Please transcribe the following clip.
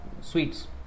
sweets